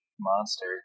monster